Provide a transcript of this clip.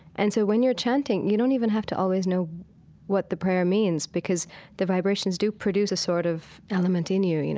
and so when you're chanting you don't even have to always know what the prayer means, because the vibrations do produce a sort of element in you, you know.